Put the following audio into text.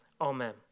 Amen